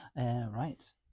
Right